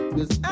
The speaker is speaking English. Cause